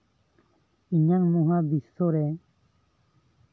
ᱤᱧᱟᱝ ᱱᱚᱣᱟ ᱵᱤᱥᱥᱚ ᱨᱮ